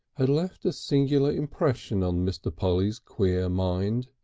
had left a singular impression on mr. polly's queer mind.